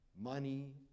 money